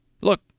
Look